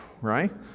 right